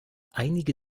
einige